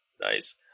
Nice